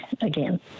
again